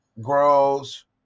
grows